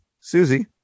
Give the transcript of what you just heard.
Susie